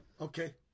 Okay